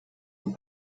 und